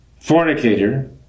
fornicator